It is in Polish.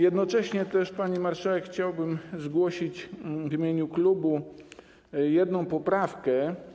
Jednocześnie, pani marszałek, chciałbym zgłosić w imieniu klubu jedną poprawkę.